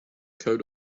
coat